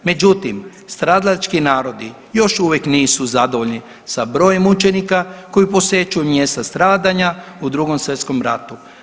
Međutim, stradalački narodi još uvijek nisu zadovoljni sa brojem učenika koji posjećuju mjesta stradanja u Drugom svjetskom ratu.